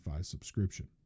subscription